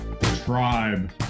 tribe